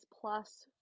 plus